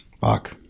fuck